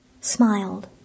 Smiled